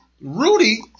Rudy